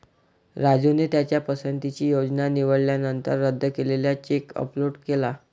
राजूने त्याच्या पसंतीची योजना निवडल्यानंतर रद्द केलेला चेक अपलोड केला